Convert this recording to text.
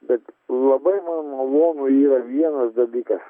bet labai malonu yra vienas dalykas